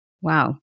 Wow